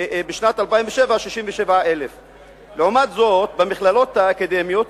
ובשנת 2007, 67,000. לעומת זאת, במכללות האקדמיות